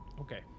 Okay